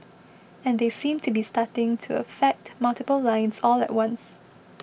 and they seem to be starting to affect multiple lines all at once